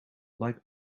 like